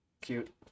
Cute